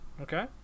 Okay